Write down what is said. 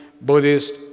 Buddhist